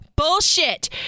bullshit